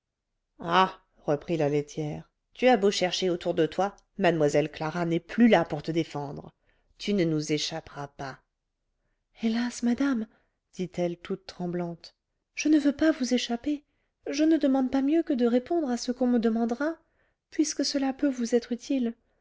oh reprit la laitière tu as beau chercher autour de toi mlle clara n'est plus là pour te défendre tu ne nous échapperas pas hélas madame dit-elle toute tremblante je ne veux pas vous échapper je ne demande pas mieux que de répondre à ce qu'on me demandera puisque cela peut vous être utile